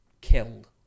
killed